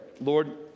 Lord